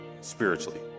spiritually